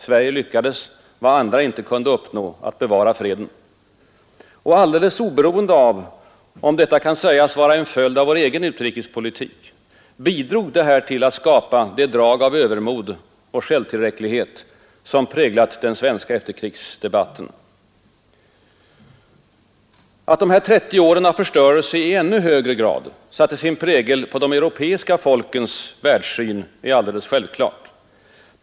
Sverige lyckades med vad andra inte kunde uppnå, att bevara freden. Och alldeles oberoende av om detta kan sägas vara en följd av vår egen utrikespolitik, bidrog det till att skapa det drag av övermod och självtillräcklighet som präglat den svenska efterkrigsdebatten. Att dessa 30 år av förstörelse i ännu högre grad satte sin prägel på de europeiska folkens världssyn är självklart.